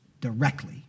directly